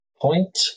point